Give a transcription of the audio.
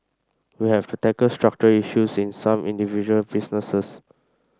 we have to tackle structural issues in some individual businesses